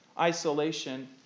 isolation